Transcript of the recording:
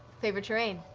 favored terrain.